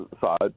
side